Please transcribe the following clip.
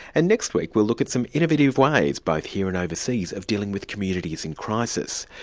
and next week we'll look at some innovative ways both here and overseas of dealing with communities in crisis.